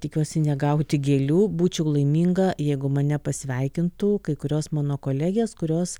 tikiuosi negauti gėlių būčiau laiminga jeigu mane pasveikintų kai kurios mano kolegės kurios